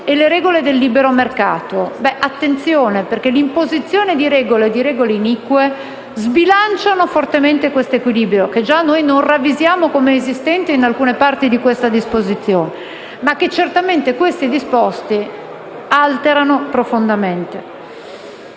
le regole del libero mercato. Attenzione, perché l'imposizione di regole, e di regole inique, sbilanciano fortemente questo equilibrio, che già noi non ravvisiamo come esistente in alcune parti di queste disposizioni, ma che certamente questi disposti alterano profondamente.